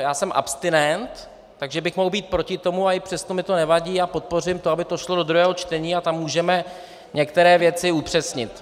Já jsem abstinent, takže bych mohl být proti tomu, a i přesto mi to nevadí a podpořím to, aby to šlo do druhého čtení, a tam můžeme některé věci upřesnit.